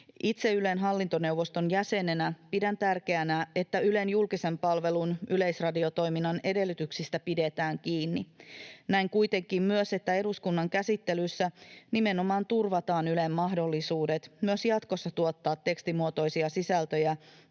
Itse Ylen hallintoneuvoston jäsenenä pidän tärkeänä, että Ylen julkisen palvelun yleisradiotoiminnan edellytyksistä pidetään kiinni. Näen kuitenkin myös, että eduskunnan käsittelyssä nimenomaan turvataan Ylen mahdollisuudet myös jatkossa tuottaa tekstimuotoisia sisältöjä